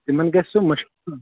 تِمَن گژھِ سُہ مُشکِل